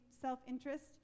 self-interest